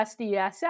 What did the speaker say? SDSS